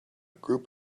group